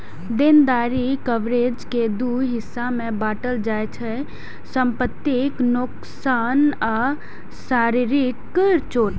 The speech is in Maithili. देनदारी कवरेज कें दू हिस्सा मे बांटल जाइ छै, संपत्तिक नोकसान आ शारीरिक चोट